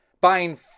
buying